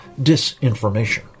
disinformation